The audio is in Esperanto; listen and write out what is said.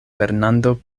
fernando